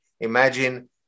imagine